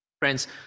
Friends